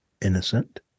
innocent